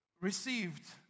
received